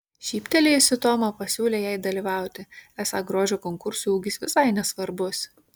šyptelėjusi toma pasiūlė jai dalyvauti esą grožio konkursui ūgis visai nesvarbus